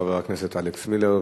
חבר הכנסת אלכס מילר,